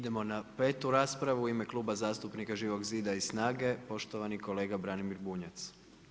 Idemo na 5 raspravu, u ime Kluba zastupnika Živog zida i SNAGA-e, poštovani kolega Branimir Bunjac.